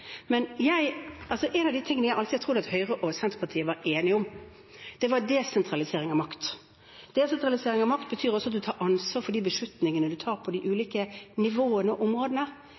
En av de tingene som jeg alltid har trodd at Høyre og Senterpartiet var enige om, var desentralisering av makt. Desentralisering av makt betyr også at man tar ansvar for de beslutningene man tar på de ulike nivåene og områdene.